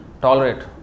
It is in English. tolerate